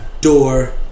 Door